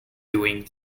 doing